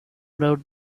doubt